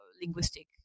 linguistic